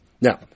Now